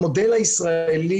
המודל הישראלי,